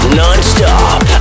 non-stop